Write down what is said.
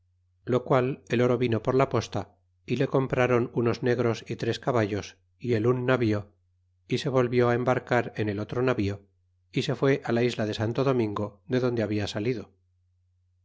lo qual el oro vino por la posta y le comprron linos negros y tres caballos y el un navío y se volvió embarcar en el otro navío y se fué la isla de santo domingo de donde habla salido